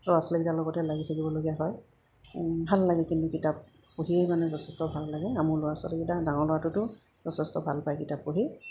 ল'ৰা ছোৱালীকেইটাৰ লগতে লাগি থাকিবলগীয়া হয় ভাল লাগে কিন্তু কিতাপ পঢ়িয়েই মানে যথেষ্ট ভাল লাগে আমোৰ ল'ৰা ছোৱালীকেইটা ডাঙৰ ল'ৰাটোতো যথেষ্ট ভাল পায় কিতাপ পঢ়ি